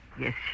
Yes